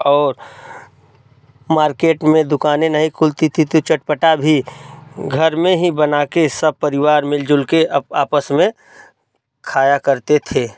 और मार्केट में दुकाने नहीं खुलती थी तो चटपटा भी घर में ही बना कर सब परिवार मिल जुल कर अब आपस में खाया करते थे